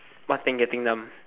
what thing getting numb